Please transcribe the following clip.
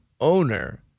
owner